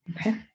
Okay